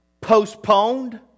postponed